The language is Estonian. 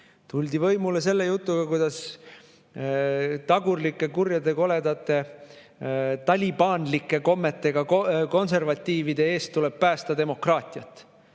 võimule selle jutuga, kuidas tagurlike, kurjade, koledate, talibanlike kommetega konservatiivide eest tuleb päästa demokraatiat.